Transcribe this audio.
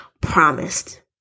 promised